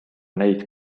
neid